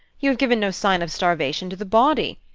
you have given no sign of starvation to the body.